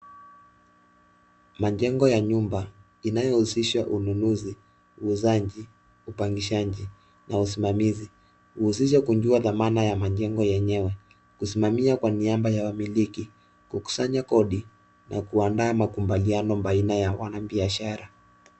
Majengo ya nyumba inayohusishwa ununuzi, uuzaji, upangishaji na usimamizi uhusishwa kujua dhamana ya majengo yenyewe kusimamia kwa niaba ya wamiliki, kukusanya kodi na kuandaa makubaliano baina ya wanabiashara.